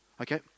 okay